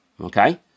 Okay